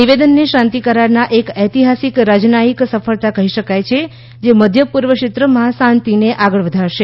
નિવેદનને શાંતિ કરારના એક ઐતિહાસિક રાજનાયિક સફળતા કઠી શકાય છે જે મધ્ય પૂર્વ ક્ષેત્રમાં શાંતિને આગળ વધારશે